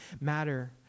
matter